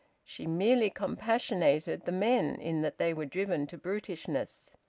she merely compassionated the men in that they were driven to brutishness.